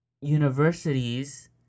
universities